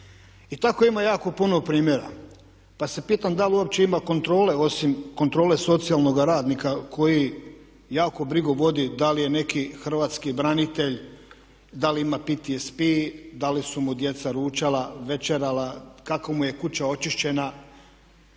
I tako ima jako puno primjera. Pa se pitam da li uopće ima kontrole osim kontrole socijalnoga radnika koji jako brigu vodi da li je neki hrvatski branitelj da li ima PTSP, da li su mu djeca ručala, večerala, kako mu je kuća očišćena.